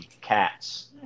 cats